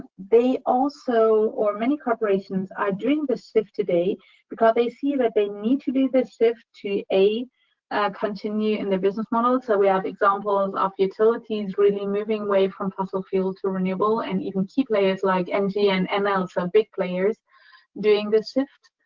they also or many corporations are doing this shift today because they see that they need to do this shift to a a continue in the business model so, we have examples of utilities, really, moving away from fossil fuels to renewables, and even key players like mg and and ml um so, big players doing this shift.